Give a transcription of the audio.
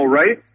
right